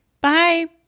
bye